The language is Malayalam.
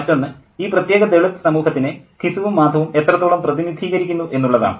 മറ്റൊന്ന് ഈ പ്രത്യേക ദളിത് സമൂഹത്തിനെ ഘിസുവും മാധവും എത്രത്തോളം പ്രതിനിധീകരിക്കുന്നു എന്നുള്ളതാണ്